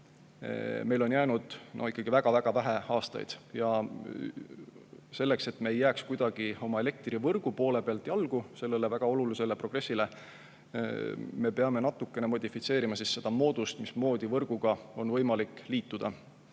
ikkagi väga-väga vähe aastaid. Selleks, et me ei jääks kuidagi oma elektrivõrgu poole pealt jalgu sellele väga olulisele progressile, me peame natukene modifitseerima seda moodust, mismoodi võrguga on võimalik liituda.